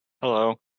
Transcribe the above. Hello